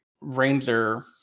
ranger